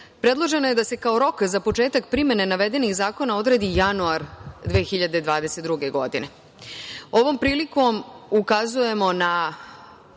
predloženo je da se kao rok za početak primene navedenih zakona odredi januar 2022. godine. Ovom prilikom ukazujemo da